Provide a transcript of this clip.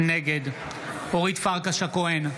נגד אורית פרקש הכהן,